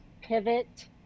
pivot